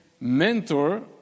mentor